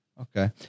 Okay